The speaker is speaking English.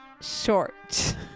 short